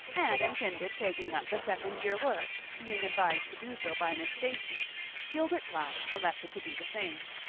anne intended taking up the second year work being advised to do so by miss stacy gilbert blythe elected to do the same.